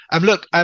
Look